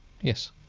Yes